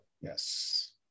Yes